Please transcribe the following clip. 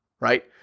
right